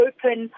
Open